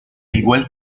igual